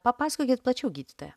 papasakokit plačiau gydytoja